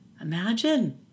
Imagine